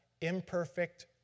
imperfect